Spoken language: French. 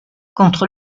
contre